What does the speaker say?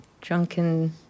drunken